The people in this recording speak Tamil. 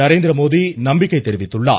நரேந்திரமோடி நம்பிக்கை தெரிவித்துள்ளார்